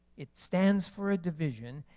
it stands for a division,